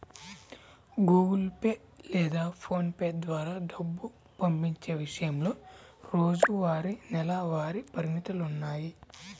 Google Pay లేదా PhonePe ద్వారా డబ్బు పంపించే విషయంలో రోజువారీ, నెలవారీ పరిమితులున్నాయి